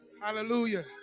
Hallelujah